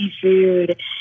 seafood